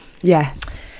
yes